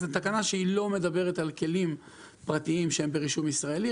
זאת תקנה שלא מדברת על כלים פרטיים שהם ברישום ישראלי,